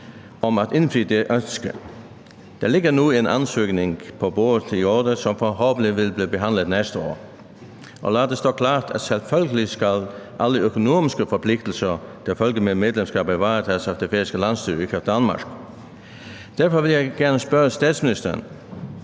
om at indfri det ønske. Der ligger nu en ansøgning på bordet i rådet, som forhåbentlig vil blive behandlet næste år. Og lad det stå klart, at selvfølgelig skal alle økonomiske forpligtelser, der følger med medlemskabet, varetages af det færøske landsstyre og ikke af Danmark. Derfor vil jeg gerne spørge statsministeren: